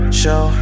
show